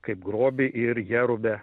kaip grobį ir jerubę